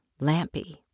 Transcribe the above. Lampy